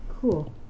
Cool